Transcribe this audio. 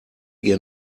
ihr